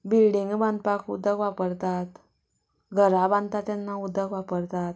बिल्डिंगो बांदपाक उदक वापरतात घरां बांदतात तेन्ना उदक वापरतात